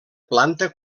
planta